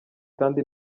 kandi